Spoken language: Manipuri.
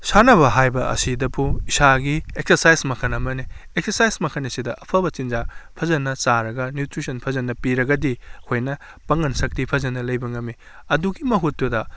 ꯁꯥꯟꯅꯕ ꯍꯥꯏꯕ ꯑꯁꯤꯗꯕꯨ ꯏꯁꯥꯒꯤ ꯑꯦꯛꯁꯔꯁꯥꯏꯖ ꯃꯈꯜ ꯑꯃꯅꯤ ꯑꯦꯛꯁꯔꯁꯥꯏꯖ ꯃꯈꯟ ꯑꯁꯤꯗ ꯑꯐꯕ ꯆꯤꯟꯖꯥꯛ ꯐꯖꯅ ꯆꯥꯔꯒ ꯅ꯭ꯌꯨꯇ꯭ꯔꯤꯁꯟ ꯐꯖꯅ ꯄꯤꯔꯒꯗꯤ ꯑꯩꯈꯣꯏꯅ ꯄꯥꯡꯒꯟ ꯁꯛꯇꯤ ꯐꯖꯅ ꯂꯩꯕ ꯉꯝꯃꯤ ꯑꯗꯨꯒꯤ ꯃꯍꯨꯠꯇꯨꯗ